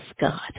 God